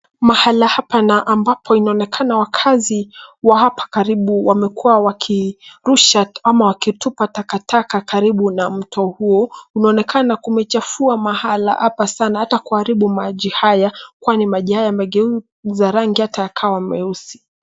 Mahali hapa na ambapo inaonekana wakazi wa hapa karibu wamekua wakirusha ama wakitupa takataka karibu na mto huu. Unaonekana kumechafua mahali hapa sana hata kuharibu maji haya, kwani maji haya yamegeuza rangi hata yakawa meusi.